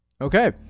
okay